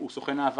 הוא סוכן העברה.